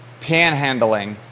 panhandling